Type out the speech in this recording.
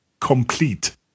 complete